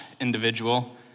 individual